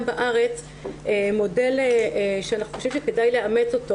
בארץ מודל שאנחנו חושבים שכדאי לאמץ אותו.